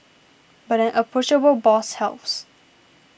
but an approachable boss helps